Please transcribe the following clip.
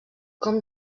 com